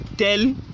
tell